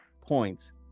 points